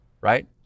right